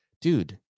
Dude